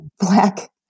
black